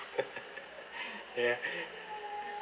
ya